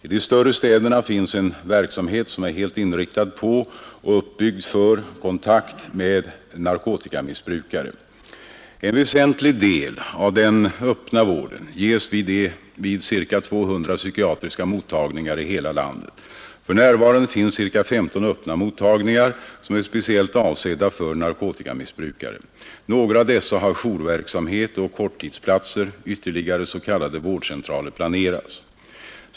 I de större städerna finns en verksamhet som är helt inriktad på och uppbyggd för kontakt med narkotikamissbrukare. En väsentlig del av den öppna vården ges vid ca 200 psykiatriska mottagningar i hela landet. För närvarande finns ca 15 öppna mottagningar som är speciellt avsedda för narkotikamissbrukare. Några av dessa har jourverksamhet och korttidsplatser. Ytterligare s.k. vårdcentraler planeras.